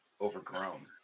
overgrown